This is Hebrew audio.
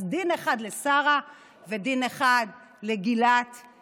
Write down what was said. אז דין אחד לשרה ודין אחד לגילת בנט.